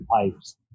pipes